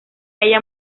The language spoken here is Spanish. haya